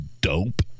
dope